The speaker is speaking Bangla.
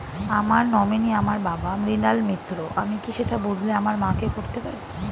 আমার নমিনি আমার বাবা, মৃণাল মিত্র, আমি কি সেটা বদলে আমার মা কে করতে পারি?